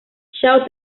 shaw